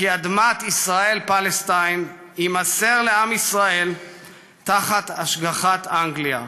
"כי אדמת ישראל פלשתיין יימסר לעם ישראל תחת השגחת" אנגליה.